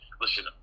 Listen